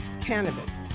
cannabis